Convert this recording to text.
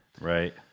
Right